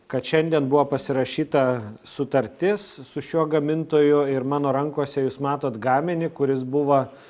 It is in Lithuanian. kad šiandien buvo pasirašyta sutartis su šiuo gamintoju ir mano rankose jūs matot gaminį kuris buvo